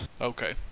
Okay